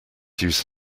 use